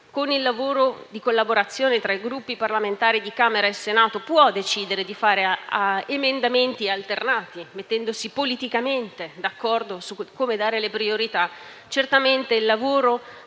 con il lavoro di collaborazione tra i Gruppi parlamentari di Camera e Senato può decidere di fare emendamenti alternati, mettendosi politicamente d'accordo sulle priorità, certamente il lavoro